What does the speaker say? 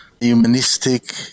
humanistic